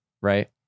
Right